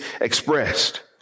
expressed